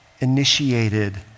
initiated